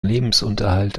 lebensunterhalt